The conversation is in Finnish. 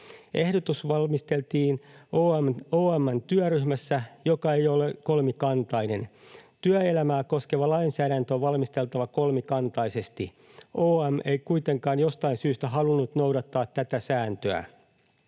Ehdotus valmisteltiin OM:n työryhmässä, joka ei ollut kolmikantainen. Työelämää koskeva lainsäädäntö on valmisteltava kolmikantaisesti. OM ei kuitenkaan jostain syystä halunnut noudattaa tätä sääntöä.